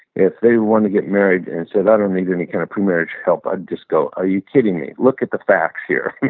if they want to get married and says, i don't need any kind of pre-marriage help, i'd just go, are you kidding me? look at the facts here.